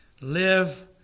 live